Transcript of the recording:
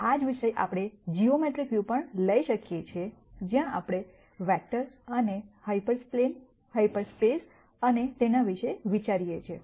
આ જ વિષય આપણે જીઓમેટ્રિક વ્યૂ પણ લઈ શકીએ છીએ જ્યાં આપણે વેક્ટર અને હાયપરપ્લેન હાલ્ફ સ્પેસ અને તેના વિશે વિચારીએ છીએ